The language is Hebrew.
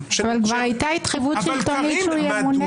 אבל כבר הייתה התחייבות שלטונית שהוא ימונה.